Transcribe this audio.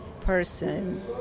person